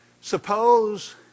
Suppose